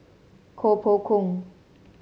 Koh Poh Koon